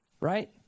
Right